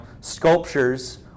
sculptures